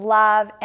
love